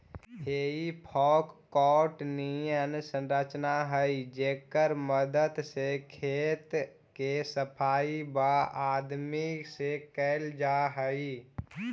हेइ फोक काँटा निअन संरचना हई जेकर मदद से खेत के सफाई वआदमी से कैल जा हई